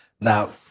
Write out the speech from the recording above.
Now